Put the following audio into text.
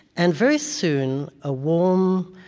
and very soon, a warm,